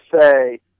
say